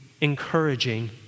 encouraging